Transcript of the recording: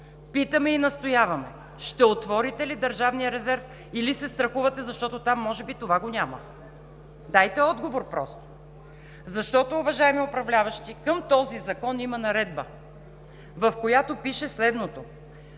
питаме и настояваме: ще отворите ли държавния резерв или се страхувате, защото там може би това го няма? Дайте отговор просто! Защото, уважаеми управляващи, към този закон има Наредба, в която пише следното: